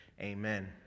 amen